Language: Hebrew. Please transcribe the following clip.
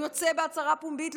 הוא יוצא בהצהרה פומבית,